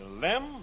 Lem